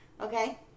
Okay